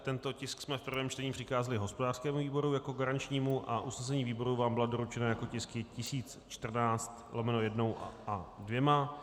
Tento tisk jsme v prvém čtení přikázali hospodářskému výboru jako garančnímu a usnesení výboru vám byla doručena jako tisky 1014/1 a 2.